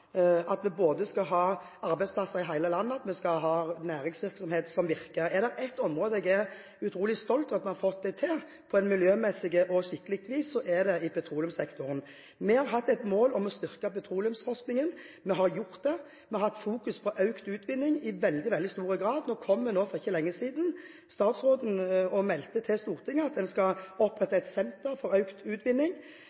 at vi både skal ha arbeidsplasser i hele landet og at vi skal ha næringsvirksomhet som virker. Er det ett område jeg er utrolig stolt over at vi har fått det til på skikkelig vis når det gjelder miljø, er det i petroleumssektoren. Vi har hatt et mål om å styrke petroleumsforskningen, og vi har gjort det. Vi har hatt fokus på økt utvinning i veldig, veldig stor grad. Statsråden kom for ikke lenge siden og meldte til Stortinget at en skal